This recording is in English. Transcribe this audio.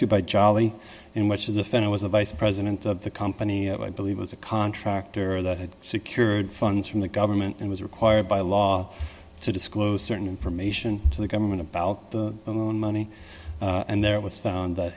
to by jolly in which the defender was a vice president of the company i believe was a contractor that had secured funds from the government and was required by law to disclose certain information to the government about the money and there was found that